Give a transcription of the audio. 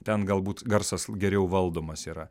ten galbūt garsas geriau valdomas yra